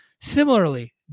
Similarly